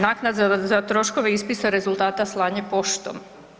Naknada za troškove ispisa rezultata slanja poštom.